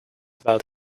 about